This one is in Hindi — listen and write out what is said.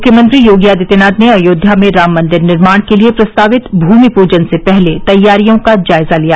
मुख्यमंत्री योगी आदित्यनाथ ने अयोध्या में राम मंदिर निर्माण के लिए प्रस्तावित भूमि पूजन से पहले तैयारियों का जायजा लिया